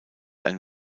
ein